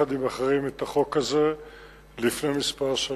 יחד עם אחרים, את החוק הזה לפני כמה שנים.